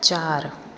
चारि